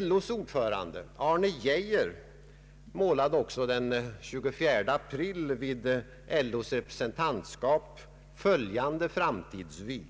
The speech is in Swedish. LO:s ordförande, herr Arne Geijer, målade också den 24 april vid LO:s representantskap följande framtidsvy: